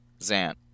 Zant